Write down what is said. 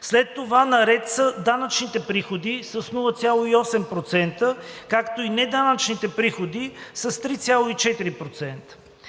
След това наред са данъчните приходи – с 0,8%, както и неданъчните приходи – с 3,4%.